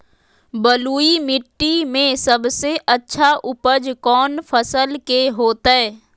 बलुई मिट्टी में सबसे अच्छा उपज कौन फसल के होतय?